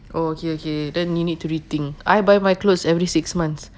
oh okay okay then you need to rethink I buy my clothes every six months